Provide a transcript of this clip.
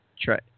try